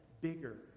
bigger